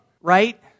right